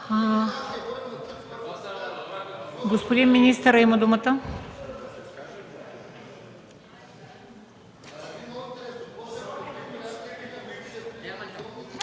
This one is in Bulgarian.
Господин министърът има думата.